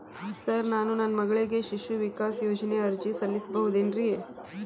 Sir ನಾನು ನನ್ನ ಮಗಳಿಗೆ ಶಿಶು ವಿಕಾಸ್ ಯೋಜನೆಗೆ ಅರ್ಜಿ ಸಲ್ಲಿಸಬಹುದೇನ್ರಿ?